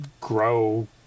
grow